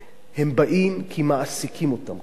הם באים כי מעסיקים אותם כאן.